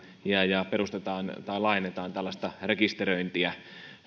ja ja perustetaan tai laajennetaan tällaista rekisteröintiä